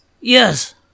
Yes